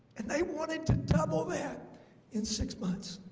and they wanted to double that in six months